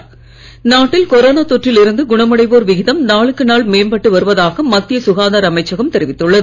தொற்றில் கொரோனா நாட்டில் இருந்து குணமடைவோர் விகிதம் நாளுக்கு நாள் மேம்பட்டு வருவதாக மத்திய சுகாதார அமைச்சகம் தெரிவித்துள்ளது